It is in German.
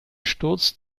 sturz